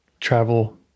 travel